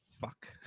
fuck